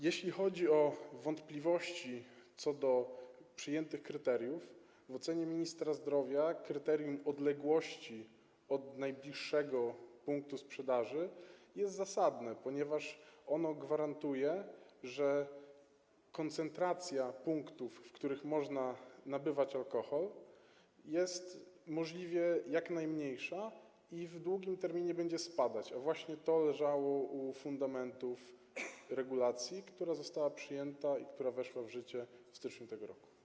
Jeśli chodzi o wątpliwości co do przyjętych kryteriów, to w ocenie ministra zdrowia kryterium odległości od najbliższego punktu sprzedaży jest zasadne, ponieważ ono gwarantuje, że koncentracja punktów, w których można nabywać alkohol, jest możliwie najmniejsza i w długim terminie będzie się zmniejszać - a właśnie to leżało u fundamentów regulacji, która została przyjęta i która weszła w życie w styczniu tego roku.